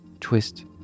twist